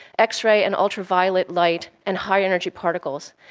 x-ray and ultraviolet light and high energy particles.